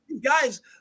Guys